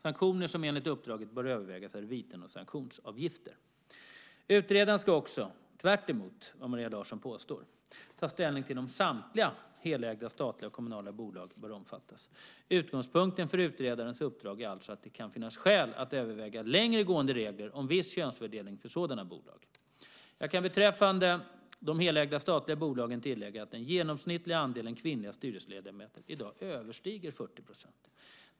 Sanktioner som enligt uppdraget bör övervägas är viten och sanktionsavgifter. Utredaren ska också - tvärtemot vad Maria Larsson påstår - ta ställning till om samtliga helägda statliga och kommunala bolag bör omfattas. Utgångspunkten för utredarens uppdrag är alltså att det kan finnas skäl att överväga längre gående regler om viss könsfördelning för sådana bolag. Jag kan beträffande de helägda statliga bolagen tillägga att den genomsnittliga andelen kvinnliga styrelseledamöter i dag överstiger 40 %.